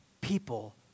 people